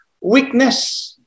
weakness